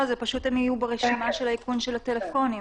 הם פשוט יהיו ברשימת האיכון של הטלפונים,